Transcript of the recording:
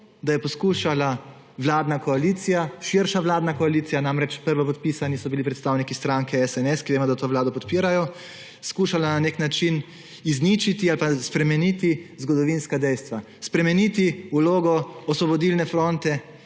da je poskušala širša vladna koalicija – namreč prvopodpisani so bili predstavniki stranke SNS, za katere vemo, da to vlado podpirajo – na nek način izničiti ali pa spremeniti zgodovinska dejstva, spremeniti vlogo Osvobodilne fronte